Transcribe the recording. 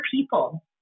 people